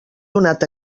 donat